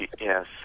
Yes